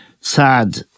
sad